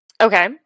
Okay